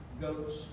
goats